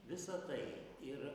visa tai ir